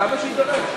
כמה שיידרש.